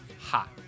hot